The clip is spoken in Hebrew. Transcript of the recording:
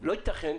לא ייתכן,